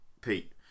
Pete